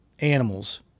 animals